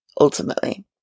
ultimately